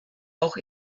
auch